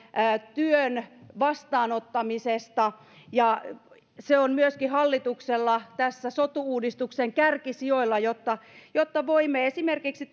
työn vastaanottamisesta se on myöskin hallituksella tässä sotu uudistuksen kärkisijoilla jotta jotta voimme esimerkiksi